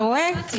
אתה רואה.